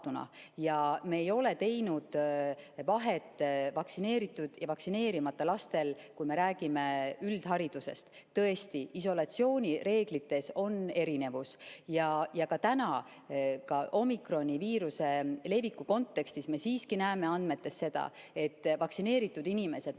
Me ei ole teinud vahet vaktsineeritud ja vaktsineerimata lastel, kui me räägime üldharidusest. Tõesti, isolatsioonireeglites on erinevus. Ka täna, omikrontüvega viiruse leviku kontekstis me siiski näeme andmetest seda, et vaktsineeritud inimesed